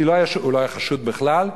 כי הוא לא היה חשוד בכלל.